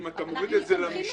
אם אתה מוריד את זה למשנים,